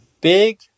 big